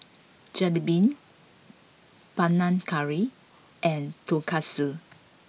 Jalebi Panang Curry and Tonkatsu